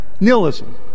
nihilism